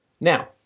Now